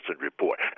Report